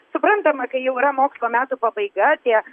suprantama kai jau yra mokslo metų pabaiga tie